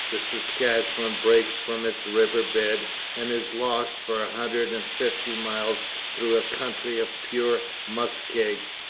the saskatchewan breaks from its river bed and is lost for a hundred and fifty miles through a country of pure muskeg,